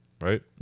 right